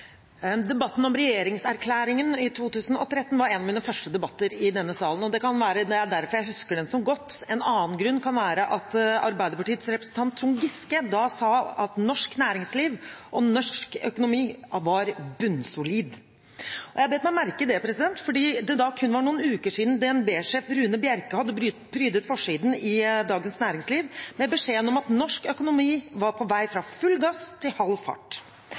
Debatten om regjeringserklæringen i 2013 var en av mine første debatter i denne salen, og det kan være det er derfor jeg husker den så godt. En annen grunn kan være at Arbeiderpartiets representant Trond Giske da sa at norsk næringsliv og norsk økonomi var bunnsolid. Jeg bet meg merke i det fordi det da kun var noen uker siden DNB-sjef Rune Bjerke hadde prydet forsiden i Dagens Næringsliv med beskjeden om at norsk økonomi var på vei fra full gass til halv fart,